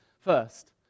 first